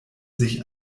sich